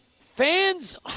fans